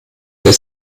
der